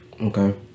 Okay